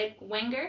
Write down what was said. Wenger